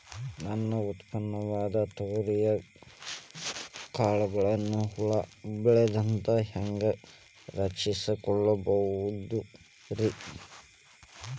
ನನ್ನ ಉತ್ಪನ್ನವಾದ ತೊಗರಿಯ ಕಾಳುಗಳನ್ನ ಹುಳ ಬೇಳದಂತೆ ಹ್ಯಾಂಗ ರಕ್ಷಿಸಿಕೊಳ್ಳಬಹುದರೇ?